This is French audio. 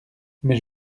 mais